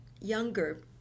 younger